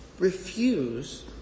refuse